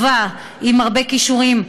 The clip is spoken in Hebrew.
טובה, עם הרבה כישורים.